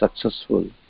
successful